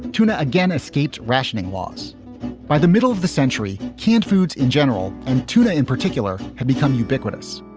tuna again escaped rationing laws by the middle of the century. canned foods in general and tuna in particular have become ubiquitous